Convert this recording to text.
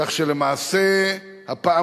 כך שלמעשה הפעם,